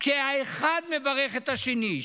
כשהאחד מברך את השני.